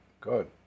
good